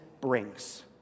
brings